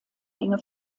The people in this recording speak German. enge